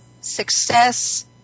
Success